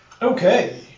Okay